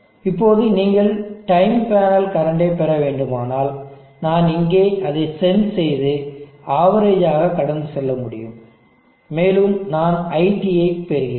இப்போது நீங்கள் time panel கரண்டை பெற வேண்டுமானால் நான் இங்கே அதை சென்ஸ் செய்து அவரேஜ் ஆக கடந்து செல்ல முடியும் மேலும் நான் iT ஐ பெறுகிறேன்